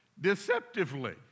deceptively